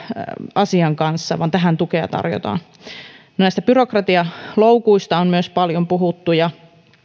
asian kanssa vaan tähän tukea tarjotaan myös näistä byrokratialoukuista on puhuttu paljon